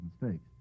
mistakes